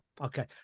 Okay